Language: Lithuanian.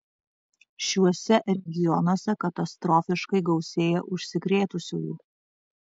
šiuose regionuose katastrofiškai gausėja užsikrėtusiųjų